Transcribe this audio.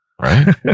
Right